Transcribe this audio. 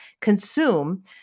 consume